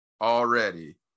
already